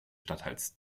stadtteils